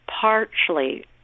partially